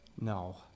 No